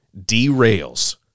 derails